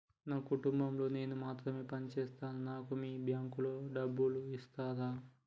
నా కుటుంబం లో నేను మాత్రమే పని చేస్తాను నాకు మీ బ్యాంకు లో డబ్బులు ఇస్తరా?